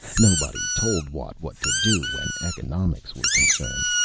nobody told watt what to do when economics were concerned.